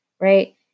right